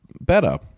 better